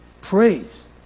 Praise